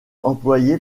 employé